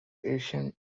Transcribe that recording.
ancient